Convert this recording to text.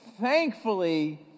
thankfully